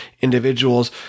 individuals